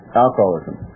alcoholism